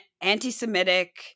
anti-Semitic